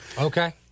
okay